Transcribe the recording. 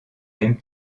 mêmes